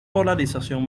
polarización